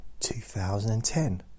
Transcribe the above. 2010